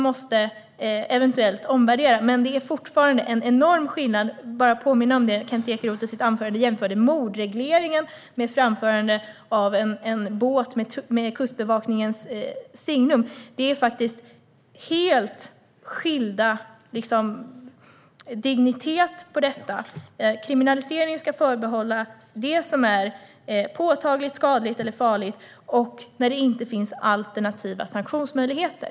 Men det finns enorma skillnader - jag vill påminna om att Kent Ekeroth i sitt anförande jämförde mordregleringen med framförande av en båt med Kustbevakningens signum. Det är av en helt annan dignitet. Kriminalisering ska förbehållas det som är påtagligt skadligt eller farligt och tillämpas när det inte finns alternativa sanktionsmöjligheter.